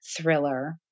thriller